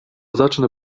zacznę